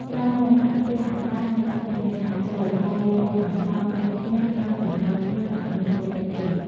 ក្រោយមក ដាក់ខ្ទះឱ្យក្តៅហើយចាក់ប្រេងឆាចូល កូរប្រេងឱ្យសព្វពេញខ្ទះហើយបន្ថយភ្លើងឱ្យនៅតិចៗវិញ។